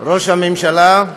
ראש הממשלה,